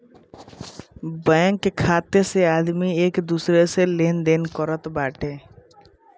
bank खाता से आदमी एक दूसरा से लेनदेन करत बाटे